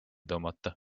tõmmata